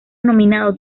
nominado